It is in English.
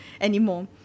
anymore